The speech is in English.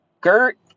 Gert